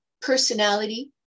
personality